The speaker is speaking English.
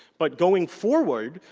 but going forward,